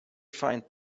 find